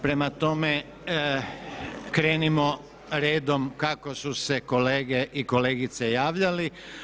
Prema tome krenimo redom kako su se kolege i kolegice javljali.